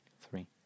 three